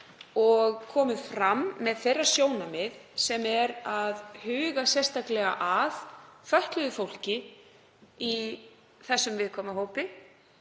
og komið fram með þeirra sjónarmið sem er að huga sérstaklega að fötluðu fólki í þessum viðkvæma hópi.